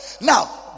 Now